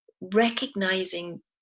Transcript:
recognizing